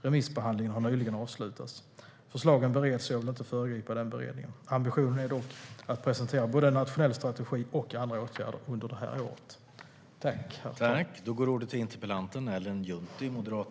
Remissbehandlingen har nyligen avslutats. Förslagen bereds, och jag vill inte föregripa den beredningen. Ambitionen är dock att presentera både en nationell strategi och andra åtgärder under det här året.